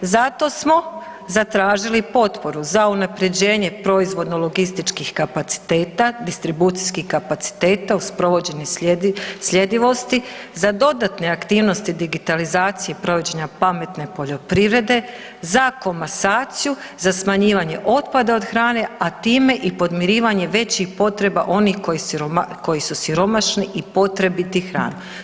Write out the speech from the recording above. Zato smo zatražili potporu za unapređenje proizvodno logističkih kapaciteta, distribucijskih kapaciteta uz provođenje sljedivosti, za dodatne aktivnosti digitalizacije provođenja pametne poljoprivrede, za komasaciju, za smanjivanja otpada od hrane, a time i podmirivanje većih potreba onih koji su siromašni i potrebiti hrane.